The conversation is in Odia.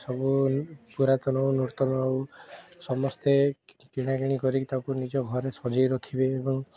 ସବୁ ପୁରାତନ ନୂତନ ହେଉ ସମସ୍ତେ କିଣାକିଣି କରିକି ତାକୁ ନିଜ ଘରେ ସଜେଇ ରଖିବେ ଏବଂ